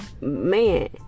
man